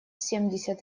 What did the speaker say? семьдесят